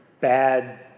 bad